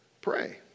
Pray